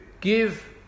give